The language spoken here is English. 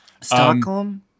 Stockholm